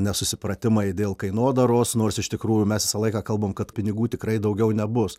nesusipratimai dėl kainodaros nors iš tikrųjų mes visą laiką kalbam kad pinigų tikrai daugiau nebus